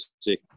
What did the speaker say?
see